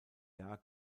jahr